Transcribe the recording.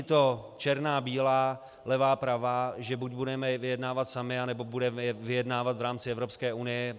Není to černá bílá, levá pravá, že buď budeme vyjednávat sami, anebo budeme vyjednávat v rámci Evropské unie.